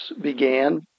began